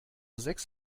sechs